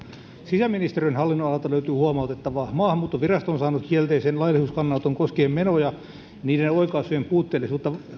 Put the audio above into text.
sisäministeriön hallinnonalalta löytyy huomautettavaa maahanmuuttovirasto on saanut kielteisen laillisuuskannanoton koskien menoja ja niiden oikaisujen puutteellisuutta